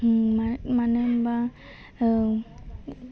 ओम मा मानो होनबा ओह